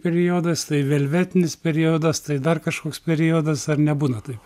periodas tai velvetinis periodas tai dar kažkoks periodas ar nebūna taip